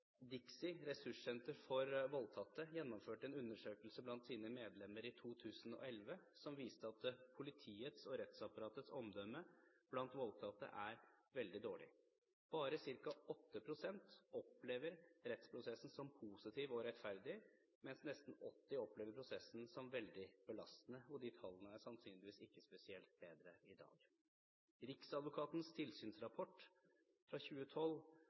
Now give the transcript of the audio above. DIXI Ressurssenter for voldtatte gjennomførte en undersøkelse blant sine medlemmer i 2011 som viste at politiets og rettsapparatets omdømme blant voldtatte er meget dårlig. Bare ca. 8 pst. opplever rettsprosessen som positiv og rettferdig, mens nesten 80 pst. opplever prosessen som veldig belastende. De tallene er sannsynligvis ikke spesielt bedre i dag. Riksadvokatens tilsynsrapport fra 2012